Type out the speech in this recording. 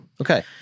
Okay